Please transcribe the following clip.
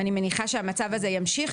אני מניחה שהמצב הזה ימשיך.